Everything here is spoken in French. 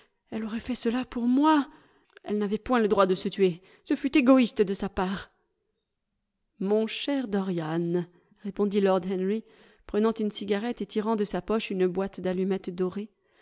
elle aurait fait cela pour moi elle n'avait point le droit de se tuer ce fut égoïste de sa part mon cher dorian répondit lord henry prenant une cigarette et tirant de sa poche une boîte d'allumettes dorées